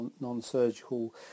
non-surgical